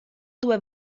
due